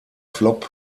flop